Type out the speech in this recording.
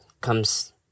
comes